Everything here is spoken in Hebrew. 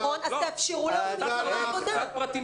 אז תאפשרו להם לחזור לעבודה.